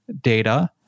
data